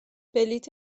بلیط